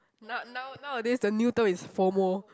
now now nowadays the new term is Fomo